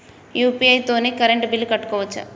UPI తోని current bill కట్టుకోవచ్ఛా?